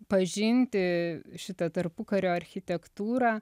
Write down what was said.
pažinti šitą tarpukario architektūrą